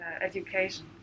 education